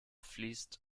fließt